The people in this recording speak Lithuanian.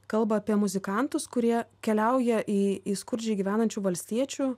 kalba apie muzikantus kurie keliauja į į skurdžiai gyvenančių valstiečių